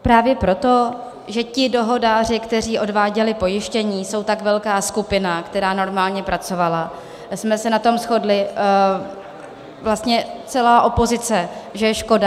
Právě proto, že ti dohodáři, kteří odváděli pojištění, jsou tak velká skupina, která normálně pracovala, jsme se na tom shodli vlastně celá opozice, že je škoda...